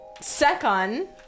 second